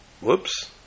whoops